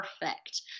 perfect